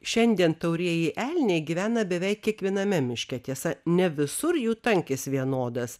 šiandien taurieji elniai gyvena beveik kiekviename miške tiesa ne visur jų tankis vienodas